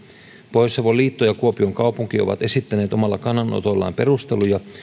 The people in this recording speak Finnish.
pohjois savon liitto ja kuopion kaupunki ovat esittäneet omalla kannanotollaan perusteluja